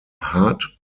hard